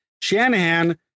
Shanahan